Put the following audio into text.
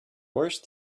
worse